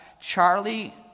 Charlie